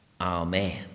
Amen